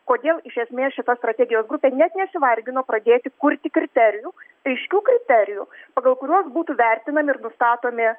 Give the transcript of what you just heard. kodėl iš esmės šita strategijos grupė net nesivargino pradėti kurti kriterijų aiškių kriterijų pagal kuriuos būtų vertinami ir nustatomi